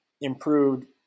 improved